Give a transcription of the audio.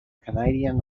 canadian